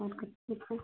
और कितने का